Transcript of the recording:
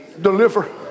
deliver